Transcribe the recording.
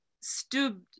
stood